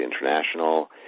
International